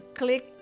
click